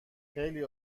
خیلی